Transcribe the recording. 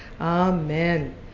Amen